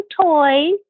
toys